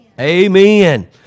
Amen